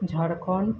Jharkhand